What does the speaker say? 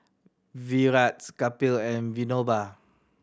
Virat Kapil and Vinoba